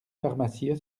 pharmacies